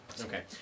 Okay